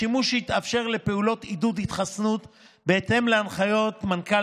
השימוש יתאפשר לפעולות עידוד התחסנות בהתאם להנחיות מנכ"ל